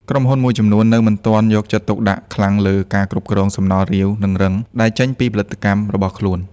ក្រុមហ៊ុនមួយចំនួននៅមិនទាន់យកចិត្តទុកដាក់ខ្លាំងលើ ការគ្រប់គ្រងសំណល់ រាវ និងរឹង ដែលចេញពីផលិតកម្មរបស់ខ្លួន។